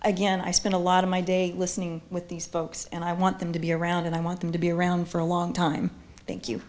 again i spend a lot of my day listening with these folks and i want them to be around and i want them to be around for a long time thank